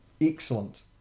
excellent